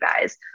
guys